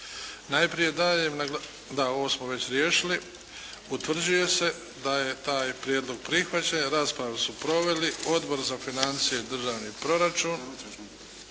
materijal za točku C) primili ste osobno. Utvrđuje se da je taj prijedlog prihvaćen. Raspravu su proveli Odbor za financije i državni proračun,